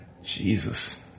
Jesus